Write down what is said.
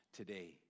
today